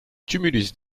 tumulus